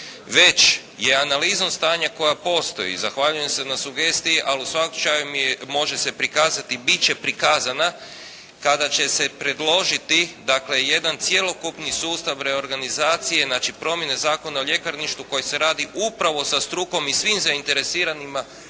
Već je analizom stanja koja postoji i zahvaljujem se na sugestiji ali u svakom slučaju može se prikazati, biti će prikazana kada će se predložiti dakle, jedan cjelokupni sustav reorganizacije, znači promjene Zakona o ljekarništvu koji se radi upravo sa strukom i svim zainteresiranima,